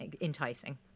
enticing